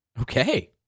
Okay